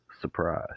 surprise